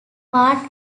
part